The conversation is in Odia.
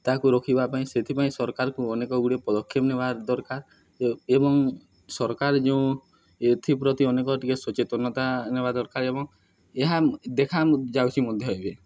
ତାହାକୁ ରଖିବା ପାଇଁ ସେଥିପାଇଁ ସରକାରକୁ ଅନେକ ଗୁଡ଼ିଏ ପଦକ୍ଷେପ ନେବା ଦରକାର ଏବଂ ସରକାର ଯେଉଁ ଏଥିପ୍ରତି ଅନେକ ଟିକେ ସଚେତନତା ନେବା ଦରକାର ଏବଂ ଏହା ଦେଖା ଯାଉଛି ମଧ୍ୟ ଏବେ